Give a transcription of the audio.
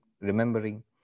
remembering